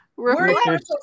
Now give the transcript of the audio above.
Reflect